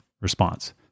response